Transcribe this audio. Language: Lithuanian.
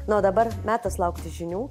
na o dabar metas laukti žinių